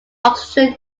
oxygen